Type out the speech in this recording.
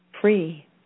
free